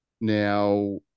Now